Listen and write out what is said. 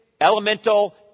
elemental